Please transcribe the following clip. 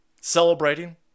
celebrating